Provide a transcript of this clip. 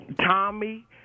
Tommy